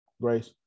Grace